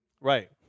Right